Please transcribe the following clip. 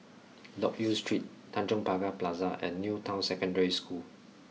Loke Yew Street Tanjong Pagar Plaza and New Town Secondary School